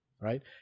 right